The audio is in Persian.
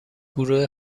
گروه